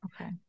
Okay